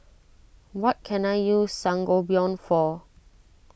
what can I use Sangobion for